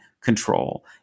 control